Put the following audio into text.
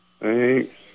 Thanks